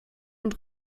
und